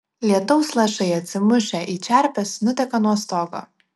lietaus lašai atsimušę į čerpes nuteka nuo stogo